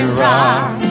rock